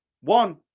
One